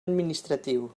administratiu